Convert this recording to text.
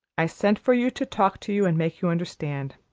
i sent for you to talk to you and make you understand.